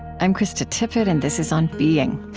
i'm krista tippett, and this is on being.